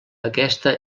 aquesta